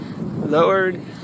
lowered